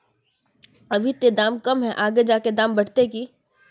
अभी ते दाम कम है आगे जाके दाम बढ़ते की?